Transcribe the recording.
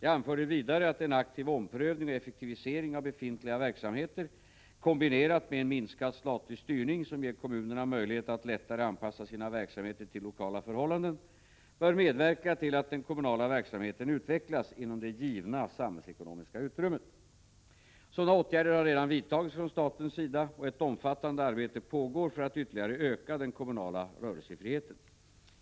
Jag anförde vidare att en aktiv omprövning och effektivisering av befintliga verksamheter, kombi nerad med en minskad statlig styrning som ger kommunerna möjlighet att lättare anpassa sina verksamheter till lokala förhållanden bör medverka till att den kommunala verksamheten utvecklas inom det givna samhällsekonomiska utrymmet. Sådana åtgärder har redan vidtagits från statens sida, och ett omfattande arbete pågår för att ytterligare öka den kommunala rörelsefriheten.